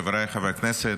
חבריי חברי הכנסת,